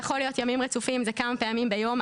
זה יכול להיות ימים רצופים, זה כמה פעמים ביום.